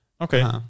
Okay